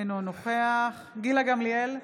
אינו נוכח גילה גמליאל,